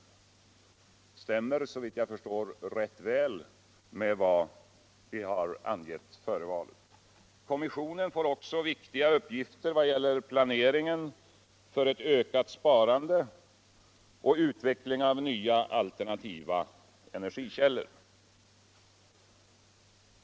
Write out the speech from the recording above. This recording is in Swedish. Det stämmer såvitt jag förstår väl med vad vi har angivit före valet. Kommissionen får också viktiga uppgifter vad giäller planeringen för eu ökat sparande och utveckling av nya alternativa energikillor.